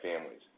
families